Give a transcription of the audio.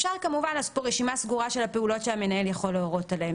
אפשר כמובן לעשות פה רשימה סגורה של הפעולות שהמנהל יכול להורות עליהן,